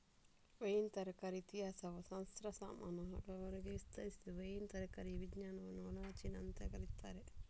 wine ತಯಾರಿಕೆಯ ಇತಿಹಾಸವು ಸಹಸ್ರಮಾನಗಳವರೆಗೆ ವಿಸ್ತರಿಸಿದ್ದು ವೈನ್ ತಯಾರಿಕೆಯ ವಿಜ್ಞಾನವನ್ನ ಓನಾಲಜಿ ಅಂತ ಕರೀತಾರೆ